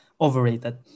overrated